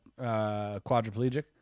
quadriplegic